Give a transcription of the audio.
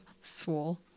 swole